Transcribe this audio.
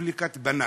לרפובליקת בננות,